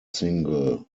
single